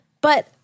But-